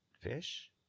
fish